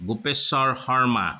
Bhupeshwar Sharma